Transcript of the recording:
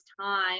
time